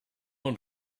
want